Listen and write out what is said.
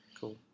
Cool